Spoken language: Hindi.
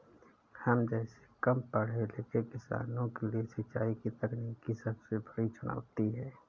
हम जैसै कम पढ़े लिखे किसानों के लिए सिंचाई की तकनीकी सबसे बड़ी चुनौती है